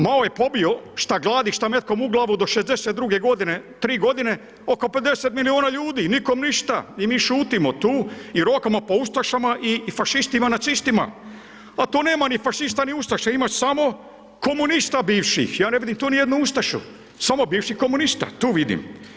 Mao je pobio šta gladnih, šta metkom u glavu do '62. g., 3 godine, oko 50 milijuna ljudi, nikom ništa i mi šutimo tu i rokamo po ustašama i fašistima, nacistima a to nema ni fašista ni ustaša, ima samo komunista bivših, ja ne vidim tu nijednu ustašu, samo bivših komunista tu vidim.